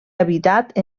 habitat